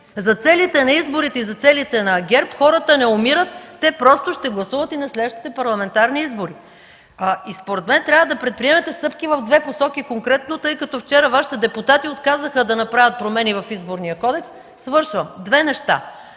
За целите на изборите и за целите на ГЕРБ хората не умират. Те просто ще гласуват и на следващите парламентарни избори. И според мен трябва да предприемете стъпки в две посоки конкретно, тъй като вчера Вашите депутати отказаха да направят промени в Изборния кодекс, две неща